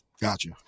gotcha